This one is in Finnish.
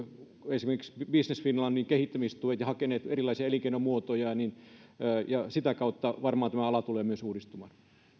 esimerkiksi tähän business finlandin kehittämistukeen ja hakenut erilaisia elinkeinomuotoja ja sitä kautta varmaan tämä ala tulee myös uudistumaan